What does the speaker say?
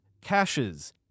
caches